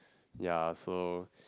ya so